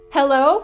Hello